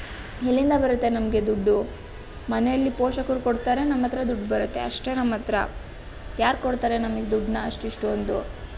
ಎಲ್ಲಿಂದ ಬರುತ್ತೆ ನಮಗೆ ದುಡ್ಡು ಮನೆಯಲ್ಲಿ ಪೋಷಕರು ಕೊಡ್ತಾರೆ ನಮ್ಮ ಹತ್ರ ದುಡ್ಡು ಬರುತ್ತೆ ಅಷ್ಟೆ ನಮ್ಮ ಹತ್ರ ಯಾರು ಕೊಡ್ತಾರೆ ನಮಗೆ ದುಡ್ಡನ್ನ ಅಷ್ಟು ಇಷ್ಟೊಂದು